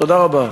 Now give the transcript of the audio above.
תודה רבה.